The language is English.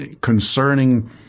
concerning